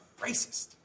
Racist